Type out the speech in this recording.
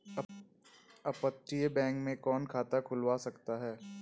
अपतटीय बैंक में कौन खाता खुलवा सकता है?